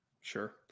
sure